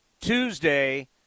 Tuesday